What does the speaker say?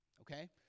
okay